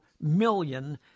million